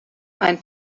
ein